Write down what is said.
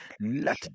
Let